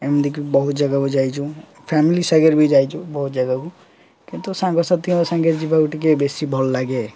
ଏମିତିକି ବହୁତ ଜାଗାକୁ ଯାଇଛୁ ଫ୍ୟାମିଲି ସାଙ୍ଗରେ ବି ଯାଇଛୁ ବହୁତ ଜାଗାକୁ କିନ୍ତୁ ସାଙ୍ଗସାଥିଙ୍କ ସାଙ୍ଗେରେ ଯିବାକୁ ଟିକେ ବେଶୀ ଭଲ ଲାଗେ